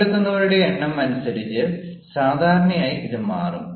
പങ്കെടുക്കുന്നവരുടെ എണ്ണം അനുസരിച്ച് സാധാരണയായി ഇത് മാറും